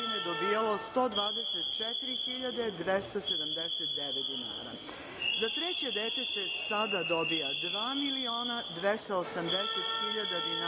dobijalo 124.279 dinara.Za treće dete se sada dobija 2.280.000 dinara